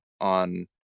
on